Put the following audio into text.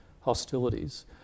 hostilities